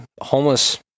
homeless